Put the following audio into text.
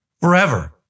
forever